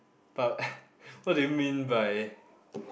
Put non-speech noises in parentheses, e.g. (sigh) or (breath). but (breath) what do you mean by (breath)